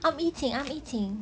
I'm eating I'm eating